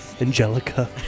Angelica